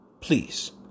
Please